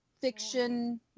fiction